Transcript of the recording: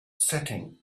setting